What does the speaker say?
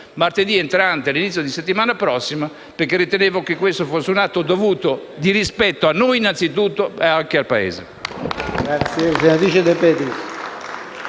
martedì prossimo, all'inizio della settimana prossima, perché ritengo che questo sia un atto dovuto per rispetto a noi, innanzitutto, ed anche al Paese.